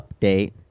Update